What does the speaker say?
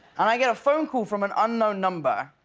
and i get a phone call from an unknown number.